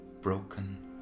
broken